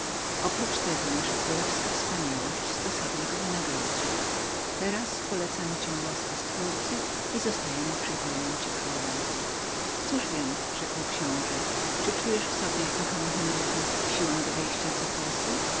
oprócz tego nasza królewska wspaniałość stosownie go wynagrodzi teraz polecamy was łasce stwórcy i zostajemy przychylnym wam królem cóż więc rzekł książe czujeższe w sobie kochany henryku siłę wejścia w zapasy